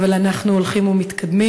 אבל אנחנו הולכים ומתקדמים.